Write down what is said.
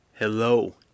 Hello